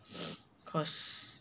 cause